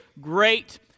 great